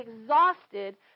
exhausted